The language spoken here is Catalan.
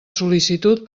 sol·licitud